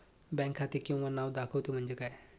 Bank खाते किंवा नाव दाखवते म्हणजे काय?